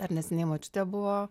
dar neseniai močiutė buvo